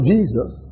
Jesus